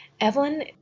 Evelyn